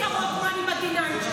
מהכסף של כולנו, עזוב.